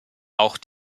auch